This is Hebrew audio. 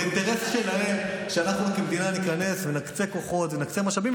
זה אינטרס שלהם שאנחנו כמדינה ניכנס ונקצה כוחות ונקצה משאבים,